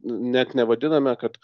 net nevadiname kad